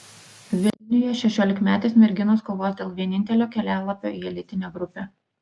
vilniuje šešiolikmetės merginos kovos dėl vienintelio kelialapio į elitinę grupę